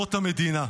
במוסדות המדינה.